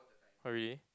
oh really